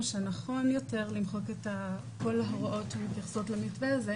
שנכון יותר למחוק את כל ההוראות שמתייחסות למתווה הזה,